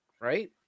right